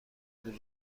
گروه